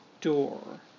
door